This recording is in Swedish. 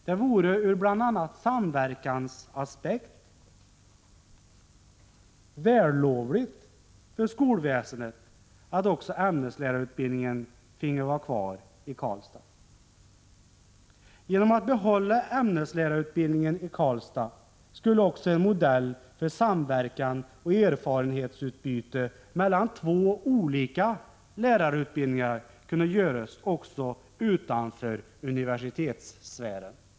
Det vore ur bl.a. samverkansaspekten vällovligt för skolväsendet att också ämneslärarutbildningen finge vara kvar i Karlstad. Genom att behålla ämneslärarutbildningen i Karlstad skulle man kunna skapa en modell för samverkan och erfarenhetsutbyte mellan två olika lärarutbildningar också utanför universitetssfären.